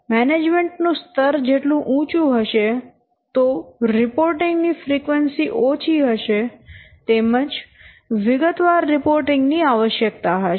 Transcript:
management નું સ્તર જેટલું ઉંચું હશે તો રિપોર્ટિંગ ની ફ્રીક્વન્સી ઓછી હશે તેમજ વિગતવાર રિપોર્ટિંગ ની આવશ્યકતા હશે